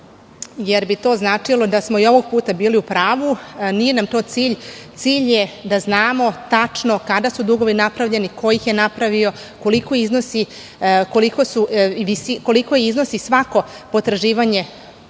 jer bi to značilo da smo i ovog puta bili u pravu. Nije nam to cilj. Cilj je da znamo tačno kada su dugovi napravljeni, ko ih je napravio, koliko iznosi svako potraživanje